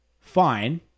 Fine